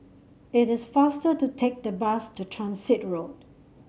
it is faster to take the bus to Transit Road